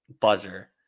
buzzer